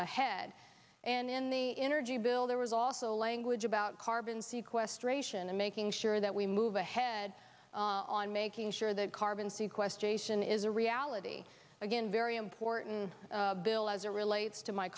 ahead and in the energy bill there was also language about carbon sequestration and making sure that we move ahead on making sure that carbon see question is a reality again very important bill as it relates to my